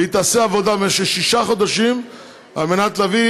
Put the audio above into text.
והיא תעשה עבודה במשך שישה חודשים על מנת להביא